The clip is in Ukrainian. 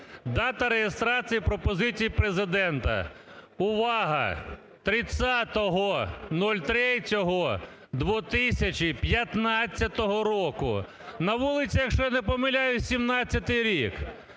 дата реєстрації пропозицій Президента. Увага! 30.03.2015 року. На вулиці, якщо я не помиляюсь, 2017 рік.